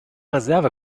reserve